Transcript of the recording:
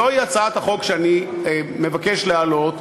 זוהי הצעת החוק שאני מבקש להעלות.